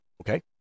Okay